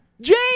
James